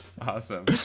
Awesome